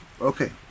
Okay